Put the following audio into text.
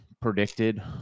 predicted